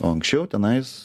o anksčiau tenais